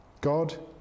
God